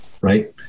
right